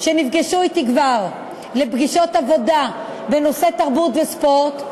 שנפגשו אתי כבר לפגישות עבודה בנושא תרבות וספורט,